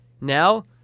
Now